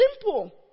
simple